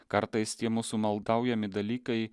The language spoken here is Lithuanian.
kartais tie mūsų maldaujami dalykai